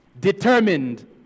determined